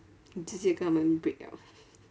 你直接跟他们 break liao